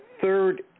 Third